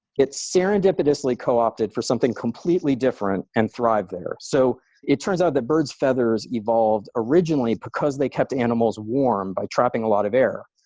it's serendipitously co-opted for something completely different, and thrive there. so it turns out that birds feathers evolved originally because they kept animals warm by trapping a lot of air,